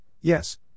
yes